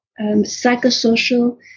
psychosocial